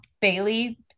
Bailey